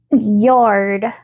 yard